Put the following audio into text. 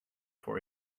for